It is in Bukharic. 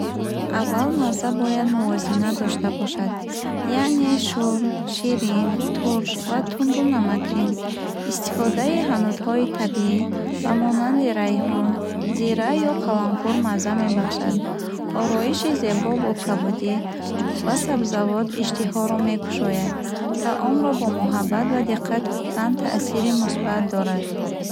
Аввал мазза бояд мувозинат дошта бошад. Яьне шӯр, ширин, турш ва тунду намакин. Истифодаи ҳанутҳои табиӣ ба монанди райҳон, зира ё қаламфур мазза мебахшад. Ороиши зебо бо кабудӣ ва сабзавот иштиҳоро мекушояд. Таомро бо муҳаббат ва диққат пухтан таъсири мусбат дорад.